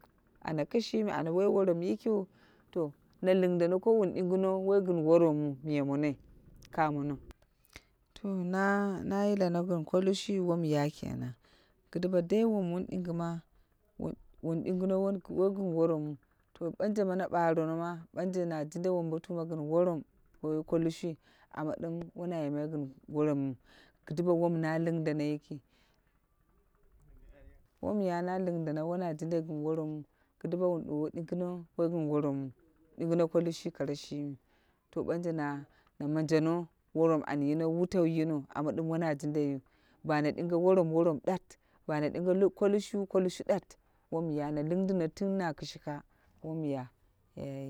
Ana kishimi ana woi worom yikiu to na ling deno ko wun ɗingino woi gin woromwu miya mono. Kamono to na na yilana gin ko lushu wom ya kenan. Ki duwa dai wom dingi wun dingino woi gin woromwu. To ɓanje na ɓarenoma, ɓanje na jinda wombotuma gin worom woi kolushu amma ɗim wona yimai gin worom wu kiduwa wom na lindana yiki wom ya na ling dana wo na jindai gin worom kiduwa wun duwowu dingino woi gin woromwu, wun dingino ko lushu kare shi. To ɓanje na majeno worom an yino wutau yino amma dim wona jindaiyu, ba ne ɗinge worom, worom ɗat, ba ɗinge ko lushu, ko lushu ɗat womya, na lindino tun na kishka, womya yayi.